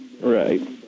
Right